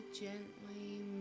gently